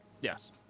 Yes